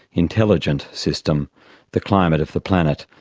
intelligent system the climate of the planet,